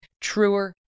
truer